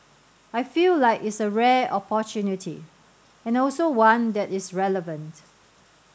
I feel like it's a rare opportunity and also one that is relevant